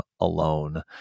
alone